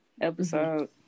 episode